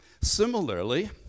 Similarly